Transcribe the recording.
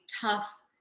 tough